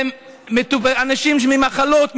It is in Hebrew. ממחלות,